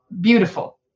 Beautiful